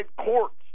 courts